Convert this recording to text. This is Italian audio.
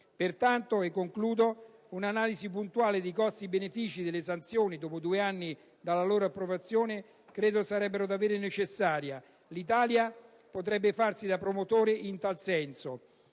Pertanto, un'analisi puntuale di costi-benefici delle sanzioni, dopo due anni dalla loro approvazione, credo sarebbe davvero necessaria. L'Italia potrebbe farsi promotrice in tale senso.